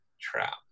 trap